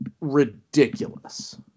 ridiculous